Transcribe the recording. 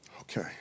Okay